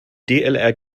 dlrg